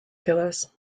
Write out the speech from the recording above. killers